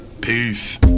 Peace